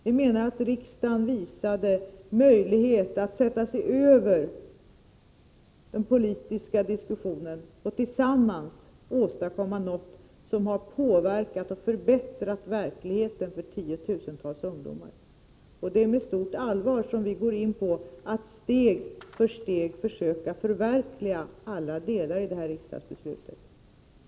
Vi menar att riksdagen visade att det var möjligt att sätta sig över den politiska diskussionen och tillsammans göra något som har påverkat och förbättrat verkligheten för tiotusentals ungdomar. Det är med stort allvar som vi går in för att steg för steg försöka förverkliga alla delar i riksdagsbeslutet.